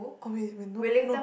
oh wait when no